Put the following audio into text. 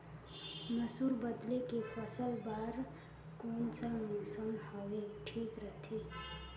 मसुर बदले के फसल बार कोन सा मौसम हवे ठीक रथे?